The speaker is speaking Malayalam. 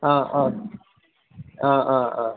ആ ആ ആ ആ ആ